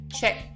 check